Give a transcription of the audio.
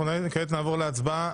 אנחנו כעת נעבור להצבעה.